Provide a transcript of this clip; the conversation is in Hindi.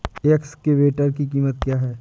एक्सकेवेटर की कीमत क्या है?